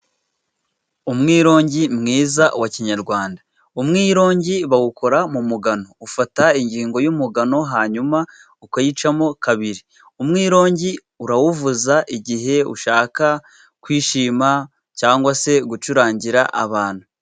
Umwirongi mwiza wa kinyarwanda. Umwirongi bawukora mu mugano, ufata ingingo y'umugano hanyuma ukayicamo kabiri, umwirongi urawuvuza igihe ushaka kwishima, cyangwa se gucurangira abantu.